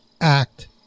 act